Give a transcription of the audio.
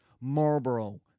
Marlborough